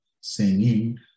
singing